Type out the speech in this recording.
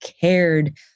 cared